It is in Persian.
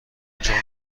انجام